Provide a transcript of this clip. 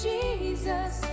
Jesus